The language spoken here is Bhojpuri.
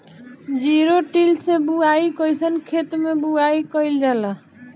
जिरो टिल से बुआई कयिसन खेते मै बुआई कयिल जाला?